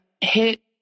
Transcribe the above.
hit